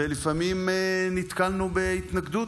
ולפעמים נתקלנו בהתנגדות,